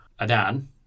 Adan